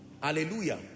Hallelujah